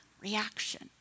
reaction